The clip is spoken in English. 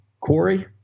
Corey